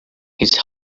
his